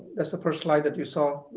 that's the first slide that you saw,